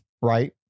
right